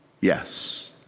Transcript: Yes